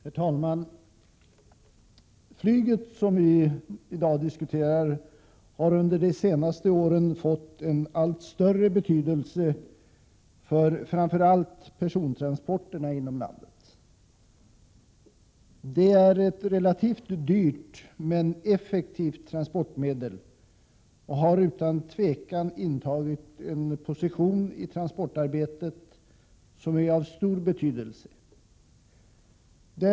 Herr talman! Flyget, som vi i dag diskuterar, har under de senaste åren fått enallt större betydelse för framför allt persontransporterna inom landet. Det är ett relativt dyrt men effektivt transportmedel, och det har utan tvivel intagit en position i transportarbetet som är av stor betydelse.